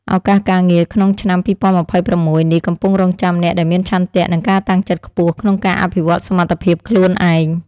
ឱកាសការងារក្នុងឆ្នាំ ២០២៦ នេះកំពុងរង់ចាំអ្នកដែលមានឆន្ទៈ និងការតាំងចិត្តខ្ពស់ក្នុងការអភិវឌ្ឍសមត្ថភាពខ្លួនឯង។